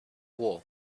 war